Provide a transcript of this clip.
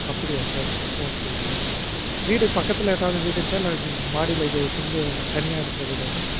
அப்படியா sir okay sir வீடு பக்கத்தில் ஏதாவது வீடு இருக்கா இல்லை மாடியில் எதுவும் சிங்கிள் தனியாக இருக்கிற வீடா சார்